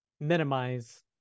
minimize